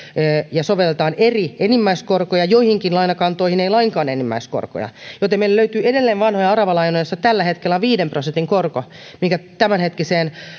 ja sovelletaan eri enimmäiskorkoja joihinkin lainakantoihin ei lainkaan enimmäiskorkoa joten meillä löytyy edelleen vanhoja aravalainoja joissa tällä hetkellä on viiden prosentin korko mikä tämänhetkiseen